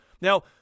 Now